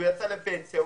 יצא לפנסיה,